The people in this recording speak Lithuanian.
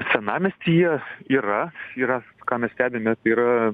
senamiestyje yra yra ką mes stebime tai yra